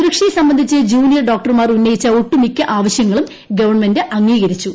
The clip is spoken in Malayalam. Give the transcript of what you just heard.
സുരക്ഷയെ സംബന്ധിച്ച് ജൂനിയർ ഡോക്ടർമാർ ഉന്നയിച്ച ഒട്ടുമിക്ക ആവശ്യങ്ങളും ഗവൺമെന്റ് അംഗീകരിച്ചു